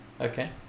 Okay